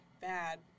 bad